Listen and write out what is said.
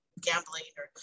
gambling—or